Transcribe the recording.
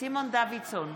סימון דוידסון,